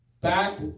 Back